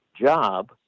job